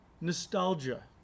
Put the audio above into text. nostalgia